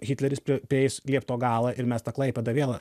hitleris pri prieis liepto galą ir mes tą klaipėdą vėl